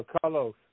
Carlos